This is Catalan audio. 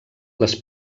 les